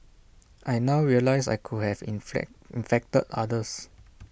I now realise I could have inflect infected others